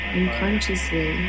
Unconsciously